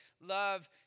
love